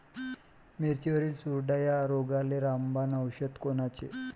मिरचीवरील चुरडा या रोगाले रामबाण औषध कोनचे?